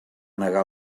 negar